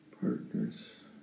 partner's